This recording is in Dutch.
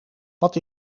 wat